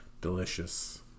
Delicious